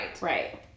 right